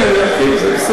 כן, אני ארחיב, זה בסדר.